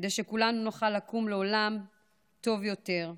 כדי שכולנו נוכל לקום לעולם טוב יותר.